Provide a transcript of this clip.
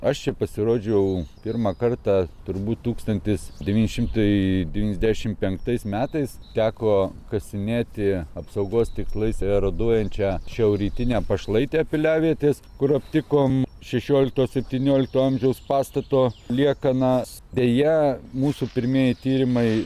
aš čia pasirodžiau pirmą kartą turbūt tūkstantis devyni šimtai devyniasdešim penktais metais teko kasinėti apsaugos tikslais eroduojančią šiaurrytinę pašlaitę piliavietės kur aptikom šešiolikto septyniolikto amžiaus pastato liekanas deja mūsų pirmieji tyrimai